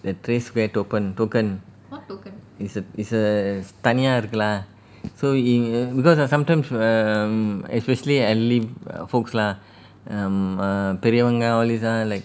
the trace toge~ token token is a is a தனியா இருக்கு:thaniya iruku lah so in because of sometimes err um especially elderly err folks lah um err பெரியவங்க:periyavanga all these lah like